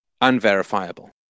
unverifiable